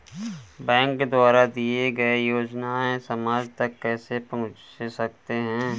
Bank द्वारा दिए गए योजनाएँ समाज तक कैसे पहुँच सकते हैं?